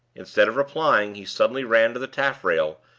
instead of replying, he suddenly ran to the taffrail,